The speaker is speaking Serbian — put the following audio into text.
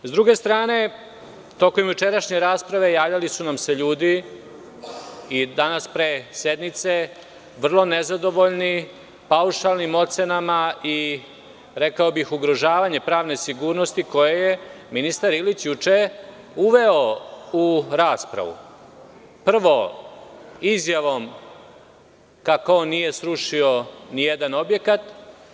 S druge strane, tokom jučerašnje rasprave javljali su nam se ljudi i danas pre sednice vrlo nezadovoljni paušalnim ocenama i, rekao bih, ugrožavanjem pravne sigurnosti koju je ministar Ilić juče uveo u raspravu, prvo, izjavom kako on nije srušio ni jedan objekat.